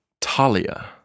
Talia